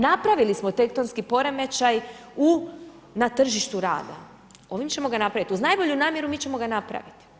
Napravili smo tektonski poremećaj na tržištu rada, ovim ćemo ga napraviti, uz najbolju namjeru mi ćemo ga napraviti.